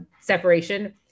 separation